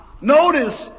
notice